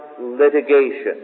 litigation